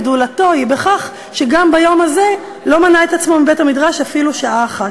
גדולתו היא בכך שגם ביום הזה לא מנע עצמו מבית-המדרש אפילו שעה אחת.